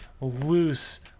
loose